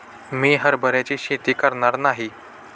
मी हरभऱ्याची शेती करणार नाही